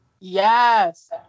Yes